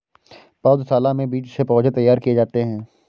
पौधशाला में बीज से पौधे तैयार किए जाते हैं